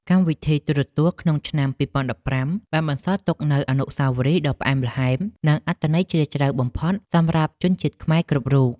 កម្មវិធីទូរទស្សន៍ក្នុងឆ្នាំ ២០១៥ បានបន្សល់ទុកនូវអនុស្សាវរីយ៍ដ៏ផ្អែមល្ហែម និងអត្ថន័យជ្រាលជ្រៅបំផុតសម្រាប់ជនជាតិខ្មែរគ្រប់រូប។